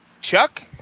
Chuck